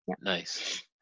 Nice